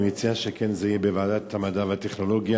אני מציע שזה כן יהיה בוועדת המדע והטכנולוגיה.